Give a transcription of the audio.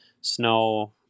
snow